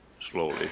slowly